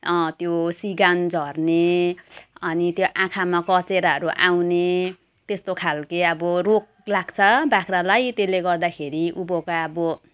त्यो सिँगान झर्ने अनि त्यो आँखामा कचेराहरू आउने त्यस्तो खालके अब रोग लाग्छ बाख्रालाई त्यसले गर्दाखेरि उँभोको अब